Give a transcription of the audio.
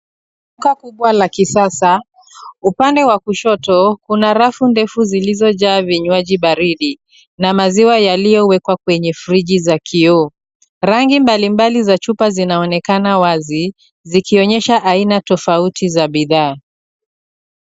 Duka kubwa la kisasa. Upande wa kushoto kuna rafu ndefu zilizojaa vinywaji baridi na maziwa yaliyowekwa kwenye friji za kioo. Rangi mbalimbali za chupa zinaonekana wazi zikionyesha aina tofauti za bidhaa.